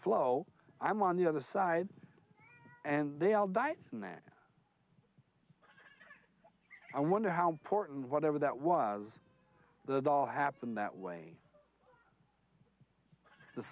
flow i'm on the other side and they all died and then i wonder how important whatever that was the dog happened that way the